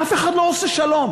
אף אחד לא עושה שלום,